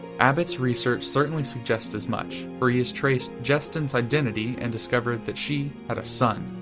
abbott's research certainly suggests as much, for he has traced jestyn's identity and discovered that she had a son.